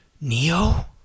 Neo